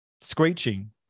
screeching